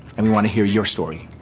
and we wanna hear your story.